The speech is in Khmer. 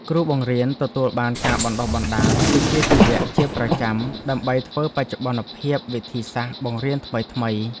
គ្រូបង្រៀនទទួលបានការបណ្តុះបណ្តាលវិជ្ជាជីវៈជាប្រចាំដើម្បីធ្វើបច្ចុប្បន្នភាពវិធីសាស្ត្របង្រៀនថ្មីៗ។